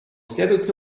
следует